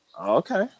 Okay